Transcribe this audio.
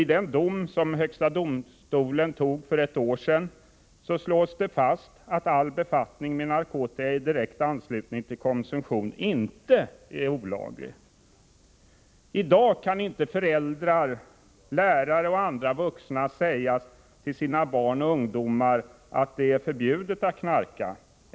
I en dom som högsta domstolen avkunnade för ett år sedan slås det fast att inte all befattning med narkotika i direkt anslutning till konsumtion är olaglig. I dag kan inte föräldrar, lärare och andra vuxna säga till sina barn och ungdomar att det är förbjudet att knarka.